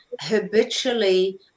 habitually